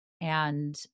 And-